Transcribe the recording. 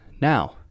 Now